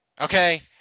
Okay